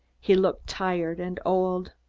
he looked tired and old.